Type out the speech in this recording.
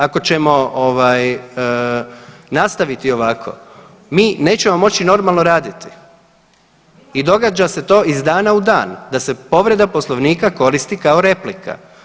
Ako ćemo nastaviti ovako mi nećemo moći normalno raditi i događa se to iz dana u dan da se povreda Poslovnika koristi kao replika.